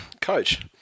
Coach